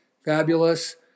fabulous